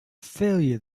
failure